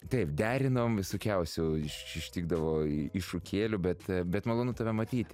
taip derinom visokiausių iš ištikdavo iššūkėlių bet bet malonu tave matyti